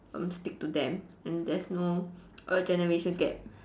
um stick to them and there's no err generation gap